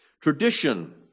Tradition